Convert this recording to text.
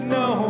no